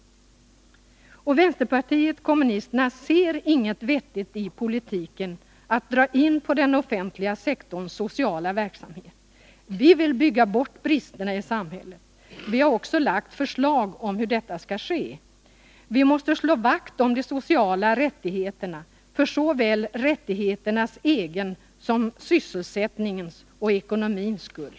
Vänsterpartiet kommunisterna ser inget vettigt i politiken att dra in på den offentliga sektorns sociala verksamhet. Vi vill bygga bort bristerna i samhället. Vi har också lagt fram förslag om hur detta skall ske. Vi måste slå vakt om de sociala rättigheterna för såväl rättigheternas egen som sysselsättningens och ekonomins skull.